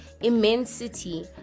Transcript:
immensity